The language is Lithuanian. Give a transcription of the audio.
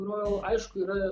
grojau aišku yra